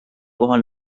kohal